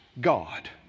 God